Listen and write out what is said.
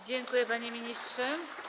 Dziękuję, panie ministrze.